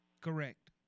Correct